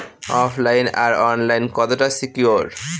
ওফ line আর online কতটা secure?